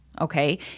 okay